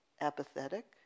Apathetic